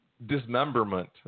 Dismemberment